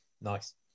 Nice